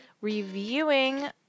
reviewing